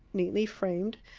neatly framed,